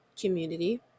community